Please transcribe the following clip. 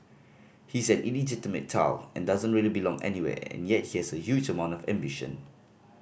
he's an illegitimate child and doesn't really belong anywhere and yet he has a huge amount of ambition